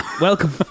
Welcome